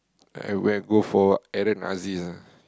I would have go for Aaron Aziz